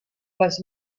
was